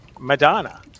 Madonna